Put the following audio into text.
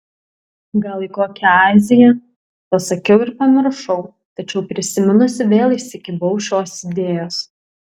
gal į kokią aziją pasakiau ir pamiršau tačiau prisiminusi vėl įsikibau šios idėjos